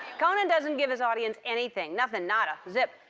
conan doesn't give his audience anything. nothing, nada, zip.